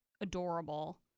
adorable